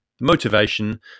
motivation